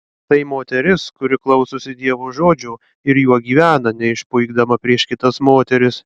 tai moteris kuri klausosi dievo žodžio ir juo gyvena neišpuikdama prieš kitas moteris